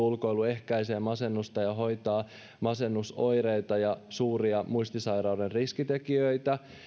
ulkoilu ehkäisee masennusta ja hoitaa masennusoireita ja suuria muistisairauden riskitekijöitä